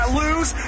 lose